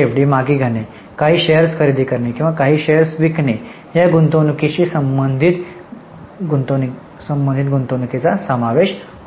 FD मागे घेणे काही शेअर्स खरेदी करणे किंवा काही शेअर्स विकणे या गुंतवणूकीशी संबंधित गुंतवणूकींचा समावेश आहे